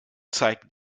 zeigt